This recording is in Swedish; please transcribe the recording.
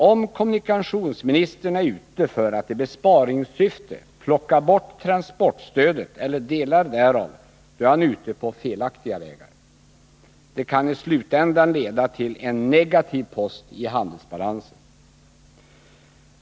Om kommunikationsministern är ute för att i besparingssyfte plocka bort transportstödet eller delar därav, är han ute på felaktiga vägar. Det kan på sluttampen leda till en negativ post i handelsbalansen.